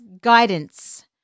guidance